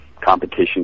competition